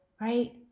right